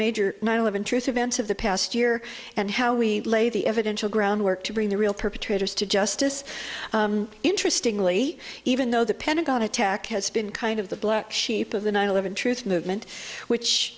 major nine eleven truth events of the past year and how we lay the evidential groundwork to bring the real perpetrators to justice interesting really even though the pentagon attack has been kind of the black sheep of the nine eleven truth movement which